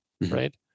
right